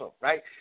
right